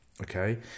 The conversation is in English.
okay